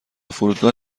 فرودگاه